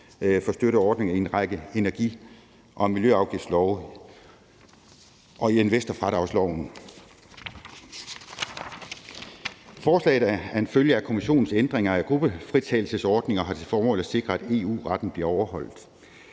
for støtteordninger i en række energi- og miljøafgiftslove og i investorfradragsloven. Forslaget er en følge af Kommissionens ændringer af gruppefritagelsesordninger og har til formål at sikre, at EU-retten bliver overholdt.